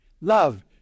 love